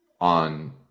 on